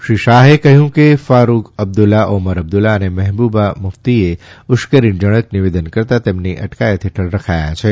શ્રી શાહે જણાવ્યું કે ફારૂદ અબ્દુલ્લા ઓમર અબ્દુલ્લા અને મહેબુબા મુફ્તીએ ઉશ્કેરણીજનક નિવેદન કરતાં તેમને અટકાયત હેઠળ રખાયા છે